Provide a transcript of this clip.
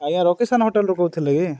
ଆଜ୍ଞା ରକିଶନ୍ ହୋଟେଲ୍ରୁ କହୁଥିଲେ କି